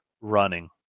running